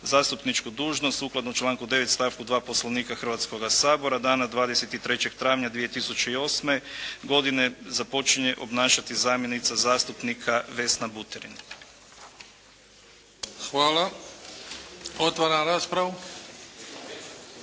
Zastupničku dužnost sukladno članku 9., stavku 2. Poslovnika Hrvatskoga sabora dana 23. travnja 2008. godine započinje obnašati zamjenica zastupnika Vesna Buterin. **Bebić, Luka